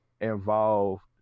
involved